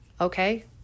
Okay